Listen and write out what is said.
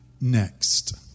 next